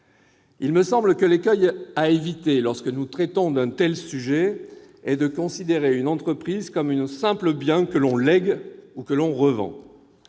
Il me semble que l'écueil à éviter, lorsque nous traitons d'un tel sujet, est de considérer une entreprise comme un simple bien, qu'on lègue ou revend.